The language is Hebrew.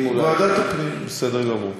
ועדת הפנים, ועדת הפנים, בסדר גמור.